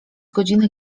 godzinę